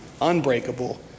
unbreakable